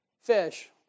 fish